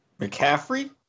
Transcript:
McCaffrey